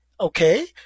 okay